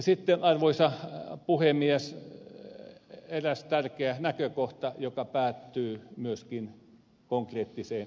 sitten arvoisa puhemies eräs tärkeä näkökohta joka päättyy myöskin konkreettiseen esitykseen